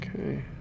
okay